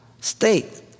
state